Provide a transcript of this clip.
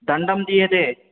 दण्डं दीयते